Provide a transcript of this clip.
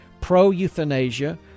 pro-euthanasia